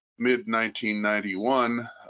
mid-1991